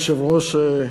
אדוני היושב-ראש,